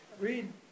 read